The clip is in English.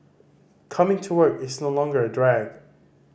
coming to work is no longer a drag